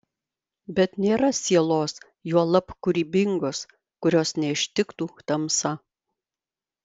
bet nėra sielos juolab kūrybingos kurios neištiktų tamsa